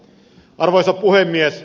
arvoisa puhemies